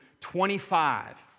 25